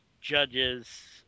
judges